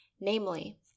Namely